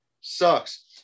sucks